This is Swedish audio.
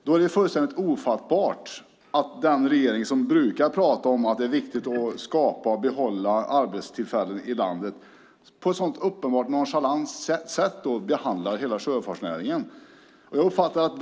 Det är fullständigt ofattbart att den regering som brukar tala om hur viktigt det är att skapa och behålla arbetstillfällen i landet behandlar hela sjöfartsnäringen på ett så uppenbart nonchalant sätt.